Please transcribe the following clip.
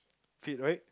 fit right